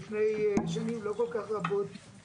חוות דעת המיעוט שלי אל מול חוות דעת